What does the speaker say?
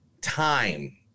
time